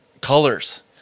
colors